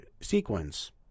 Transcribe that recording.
sequence